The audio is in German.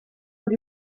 und